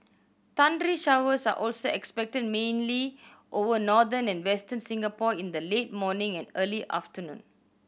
thundery showers are also expected mainly over northern and Western Singapore in the late morning and early afternoon